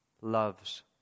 loves